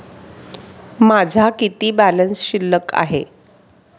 माझा किती बॅलन्स शिल्लक आहे?